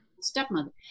stepmother